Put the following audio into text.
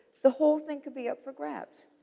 the whole thing could be up for grabs.